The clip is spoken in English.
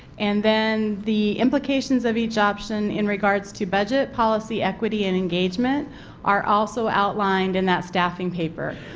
and then the implications of each option in regards to budget, policy, equity and engagement are also outlined in that staffing paper.